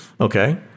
okay